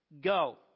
go